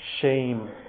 Shame